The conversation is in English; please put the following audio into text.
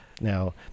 Now